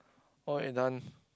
okay done